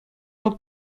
del